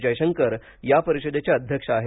जयशंकर या परिषदेचे अध्यक्ष आहेत